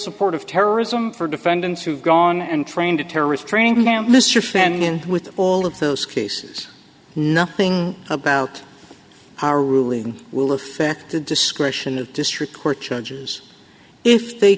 support of terrorism for defendants who've gone and trained a terrorist training camp and with all of those cases nothing about our ruling will affect the discretion of district court judges if they